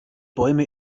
bäume